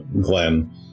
Glen